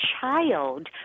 child